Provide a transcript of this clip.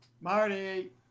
Marty